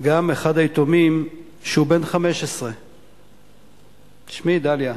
גם אחד היתומים, שהוא בן 15. תשמעי, דליה,